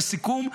לסיכום,